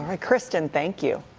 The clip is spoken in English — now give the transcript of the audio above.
ah kristen, thank you.